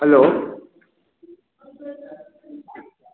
hello